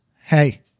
hey